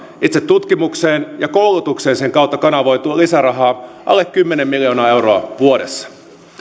itse tutkimukseen ja koulutukseen sen kautta kanavoituu lisärahaa alle kymmenen miljoonaa euroa vuodessa